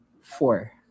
four